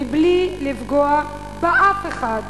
מבלי לפגוע באף אחד